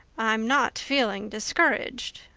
i'm not feeling discouraged,